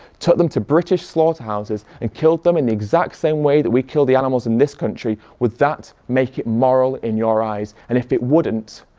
took them to british slaughterhouses and killed them in the exact same way that we kill the animals in this country would that make it moral in your eyes? and if it wouldn't,